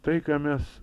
tai ką mes